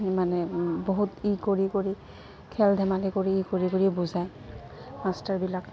মানে বহুত ই কৰি কৰি খেল ধেমালি কৰি ই কৰি কৰি বুজায় মাষ্টাৰবিলাক